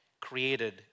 Created